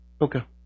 Okay